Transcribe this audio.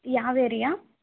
ಯಾವ ಏರಿಯಾ